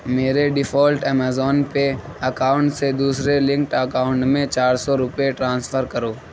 میرے default Amazon pay account سے دوسرے لنکڈ اکاؤنٹ میں چار سو روپے ٹرانسفر کرو